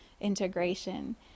integration